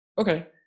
okay